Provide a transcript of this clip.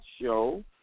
show